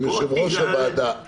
אם יושב ראש הוועדה